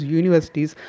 universities